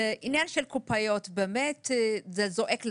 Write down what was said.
העניין של הקופאיות, באמת זה זועק לשמים.